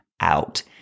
out